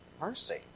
mercy